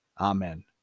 Amen